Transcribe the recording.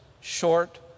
short